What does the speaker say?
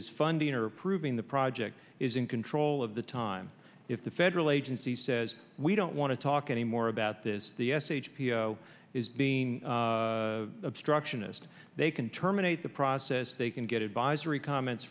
is funding or approving the project is in control of the time if the federal agency says we don't want to talk anymore about this the sh is being obstructionist they can terminate the process they can get advisory comments